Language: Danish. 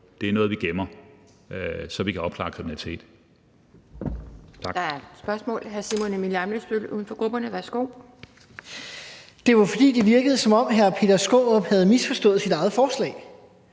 er noget, vi gemmer, så vi kan opklare kriminalitet.